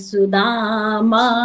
Sudama